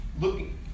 looking